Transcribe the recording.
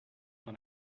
dans